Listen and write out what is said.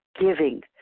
giving